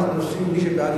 מי שבעד,